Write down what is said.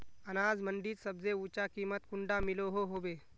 अनाज मंडीत सबसे ऊँचा कीमत कुंडा मिलोहो होबे?